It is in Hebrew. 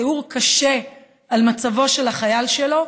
ותיאור קשה על מצבו של החייל שלו,